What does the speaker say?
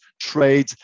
trade